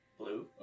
Blue